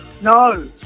no